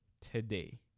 today